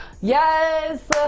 Yes